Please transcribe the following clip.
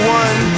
one